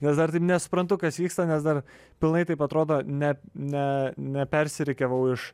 nes dar taip nesuprantu kas vyksta nes dar pilnai taip atrodo ne ne nepersirikiavau iš